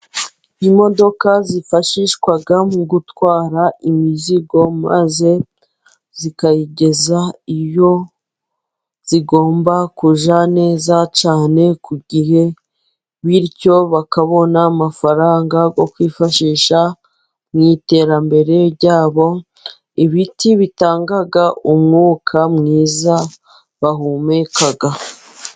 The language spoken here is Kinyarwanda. Imodoka zifashishwa mu gutwara imizigo maze zikayigeza iyo zigomba kujya neza cyane ku gihe, bityo bakabona amafaranga yo kwifashisha mu iterambere ryabo, ibiti bitanga umwuka mwiza bahumeka.